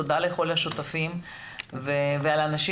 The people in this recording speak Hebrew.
תודה לכל השותפים ולאנשים,